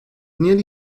nearly